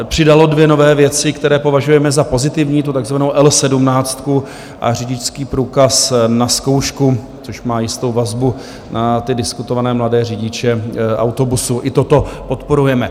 Přidalo dvě nové věci, které považujeme za pozitivní, tu takzvanou L17 a řidičský průkaz na zkoušku, což má jistou vazbu na ty diskutované mladé řidiče autobusu, i toto podporujeme.